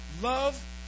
love